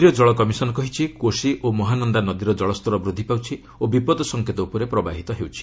କେନ୍ଦ୍ରୀୟ ଜଳ କମିଶନ କହିଛି କୋଶି ଓ ମହାନନ୍ଦା ନଦୀର ଜଳସ୍ତର ବୃଦ୍ଧିପାଉଛି ଓ ବିପଦ ସଙ୍କେତ ଉପରେ ପ୍ରବାହିତ ହେଉଛି